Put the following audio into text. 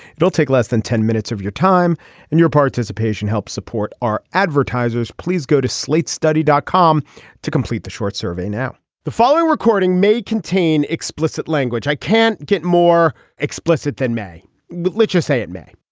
it'll take less than ten minutes of your time and your participation helps support our advertisers. please go to slate's study dot com to complete the short survey now the following recording may contain explicit language i can't get more explicit than may let you say it may